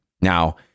Now